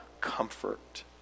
comfort